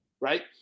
Right